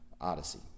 Odyssey